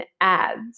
ads